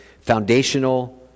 foundational